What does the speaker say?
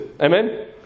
Amen